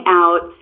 out